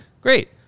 Great